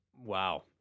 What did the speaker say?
Wow